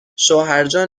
شوهرجان